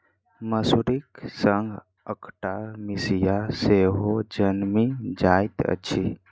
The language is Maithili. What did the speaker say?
मसुरीक संग अकटा मिसिया सेहो जनमि जाइत अछि